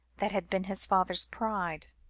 that had been his father's pride.